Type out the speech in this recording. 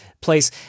place